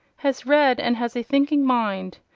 has read, and has a thinking mind.